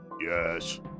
Yes